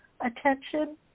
attention